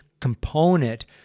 component